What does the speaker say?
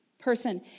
person